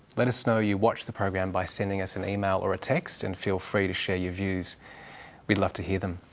let us know you watched the program by sending us an email or a text, and feel free to share your views we'd love to hear them.